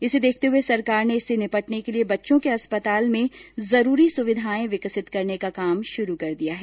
इसे देखते हए सरकार ने इससे निपटने के लिए बच्चों के अस्पतालों में जरूरी सुविधाएं विकसित करने का काम शुरू कर दिया है